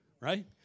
right